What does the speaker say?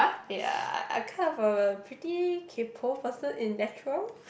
ya I kind of a pretty kaypoh person in natural